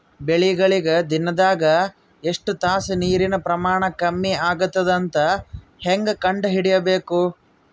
ಬೆಳಿಗಳಿಗೆ ದಿನದಾಗ ಎಷ್ಟು ತಾಸ ನೀರಿನ ಪ್ರಮಾಣ ಕಮ್ಮಿ ಆಗತದ ಅಂತ ಹೇಂಗ ಕಂಡ ಹಿಡಿಯಬೇಕು?